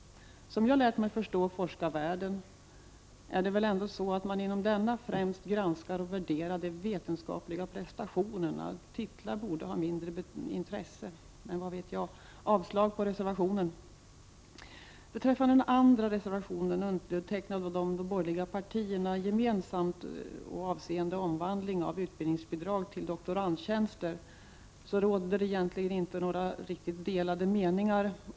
Som jag har lärt mig förstå forskarvärlden är det väl ändå så att man inom denna främst granskar och värderar de vetenskapliga prestationerna. Titlar borde ha mindre intresse, men vad vet jag! Jag yrkar avslag på reservationen. Beträffande den andra reservationen, undertecknad av de borgerliga partierna gemensamt och avseende omvandling av utbildningsbidrag till doktorandtjänster, råder det egentligen inte några riktigt delade meningar.